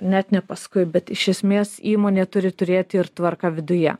net ne paskui bet iš esmės įmonė turi turėti ir tvarką viduje